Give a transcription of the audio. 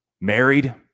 married